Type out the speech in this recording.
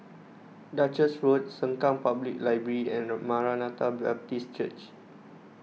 Duchess Road Sengkang Public Library and Maranatha Baptist Church